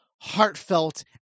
heartfelt